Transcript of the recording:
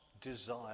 desire